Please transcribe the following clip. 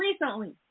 recently